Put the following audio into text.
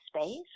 space